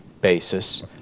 basis